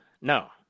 no